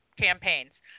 campaigns